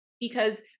because-